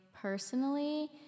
personally